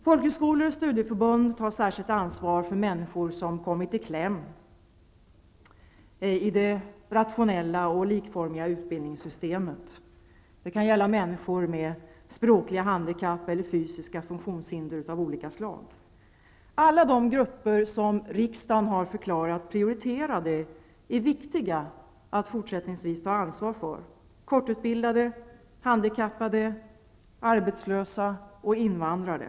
Folkhögskolor och studieförbund tar särskilt ansvar för människor som kommit i kläm i det rationella och likformiga utbildningssystemet. Det kan gälla människor med språkliga handikapp eller fysiska funktionshinder av olika slag. Alla de grupper som riksdagen har förklarat prioriterade är viktiga att fortsättningsvis ta ansvar för -- kortutbildade, handikappade, arbetslösa och invandrare.